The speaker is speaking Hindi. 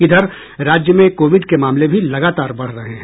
इधर राज्य में कोविड के मामले भी लगातार बढ़ रहे हैं